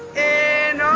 and